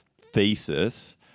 thesis